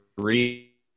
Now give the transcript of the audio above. three